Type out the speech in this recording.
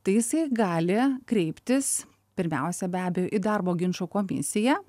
tai jisai gali kreiptis pirmiausia be abejo į darbo ginčų komisiją